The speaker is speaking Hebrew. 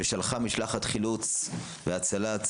ושלחה משלחת חילוץ והצלה,